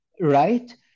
right